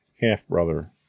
half-brother